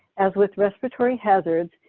as with respiratory hazards,